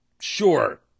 sure